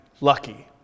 lucky